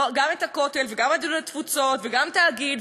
גם את הכותל וגם את יהדות התפוצות וגם את התאגיד,